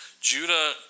Judah